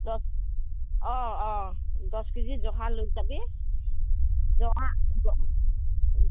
দছ অঁ অঁ দছ কেজি জহা লৈ যাবি জহা জ